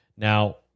Now